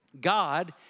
God